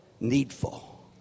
needful